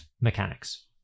mechanics